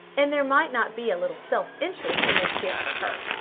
and there might not be a little self-interest in his care for her.